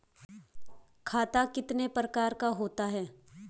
खाता कितने प्रकार का होता है?